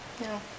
No